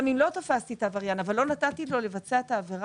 גם אם לא תפסתי את העבריין אבל לא נתתי לו לבצע את העבירה,